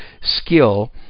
skill